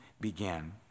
began